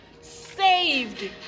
saved